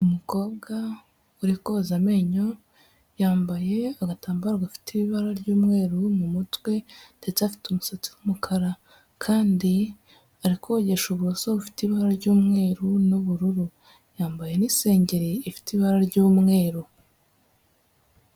Umukobwa urikoza amenyo yambaye agatambaro gafite ibara ry'umweru mu mutwe, ndetse afite umusatsi w'umukara. Kandi arikogesha uburoso bufite ibara ry'umweru n'ubururu. Yambaye n'isengeri ifite ibara ry'umweru.